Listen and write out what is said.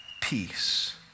peace